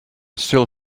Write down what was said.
still